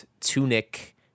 Tunic